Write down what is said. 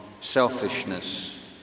selfishness